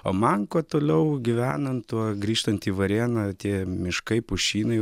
o man kuo toliau gyvenant tuo grįžtant į varėną tie miškai pušynai